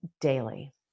daily